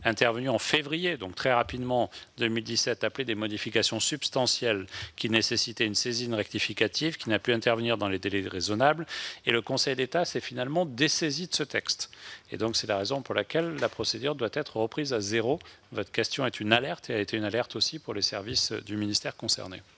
intervenu en février 2017, donc très rapidement, après des modifications substantielles qui nécessitaient une saisine rectificative, laquelle n'a pu intervenir dans des délais raisonnables. Le Conseil d'État s'est finalement dessaisi de ce texte. C'est la raison pour laquelle la procédure doit être reprise de zéro. Votre question est une alerte, monsieur le sénateur, comme elle l'a été pour les services du ministère concerné.